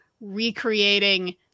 recreating